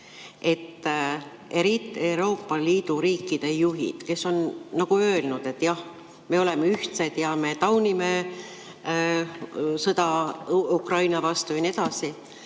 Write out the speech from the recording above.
Euroopa Liidu riikide juhid on öelnud, et jah, me oleme ühtsed ja me taunime sõda Ukraina vastu ja nii edasi,